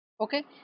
okay